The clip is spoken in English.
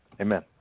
Amen